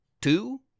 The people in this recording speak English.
two